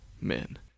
men